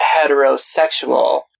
heterosexual